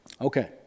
Okay